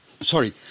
sorry